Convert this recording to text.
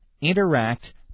interact